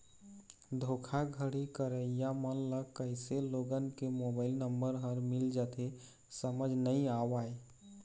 धोखाघड़ी करइया मन ल कइसे लोगन के मोबाईल नंबर ह मिल जाथे समझ नइ आवय